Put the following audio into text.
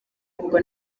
ubwo